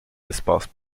espace